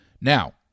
Now